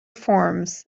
forms